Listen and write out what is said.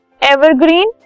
evergreen